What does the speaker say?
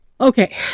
Okay